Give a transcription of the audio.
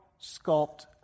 sculpt